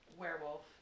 werewolf